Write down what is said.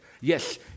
yes